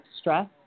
stress